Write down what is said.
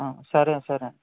సరే సరే